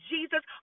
Jesus